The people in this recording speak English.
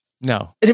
No